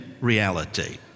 reality